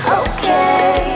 okay